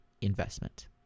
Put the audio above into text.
investment